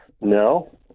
No